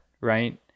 right